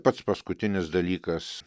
pats paskutinis dalykas